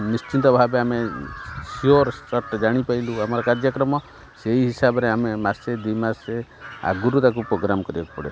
ନିଶ୍ଚିନ୍ତ ଭାବେ ଆମେ ସିଓର ସର୍ଟ ଜାଣି ପାଇଲୁ ଆମର କାର୍ଯ୍ୟକ୍ରମ ସେଇ ହିସାବରେ ଆମେ ମାସେ ଦୁଇ ମାସେ ଆଗରୁ ତାକୁ ପ୍ରୋଗ୍ରାମ କରିବାକୁ ପଡ଼ିବ